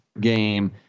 game